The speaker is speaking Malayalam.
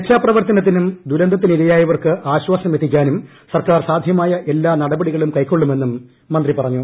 രക്ഷാപ്രവർത്തനത്തിനും ദുരന്തത്തിനിരയായവർക്ക് ആശ്വാസമെത്തിക്കാനും സർക്കാർ സാധ്യമായ എല്ലാ നടപടികളും കൈക്കൊള്ളുമെന്നും മന്ത്രി പറഞ്ഞു